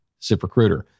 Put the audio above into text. ZipRecruiter